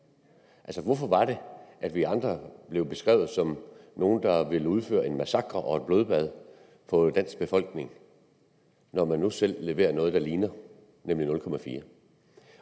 pct. Hvorfor var det, at vi andre blev beskrevet som nogle, der ville udføre en massakre og et blodbad på den danske befolkning, når man nu selv leverer noget, der ligner, nemlig et